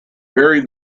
very